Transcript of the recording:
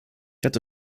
hatte